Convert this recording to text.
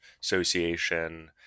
association